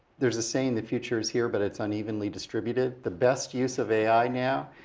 there's a saying the future is here, but it's unevenly distributed. the best use of ai now,